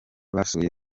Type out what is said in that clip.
basuye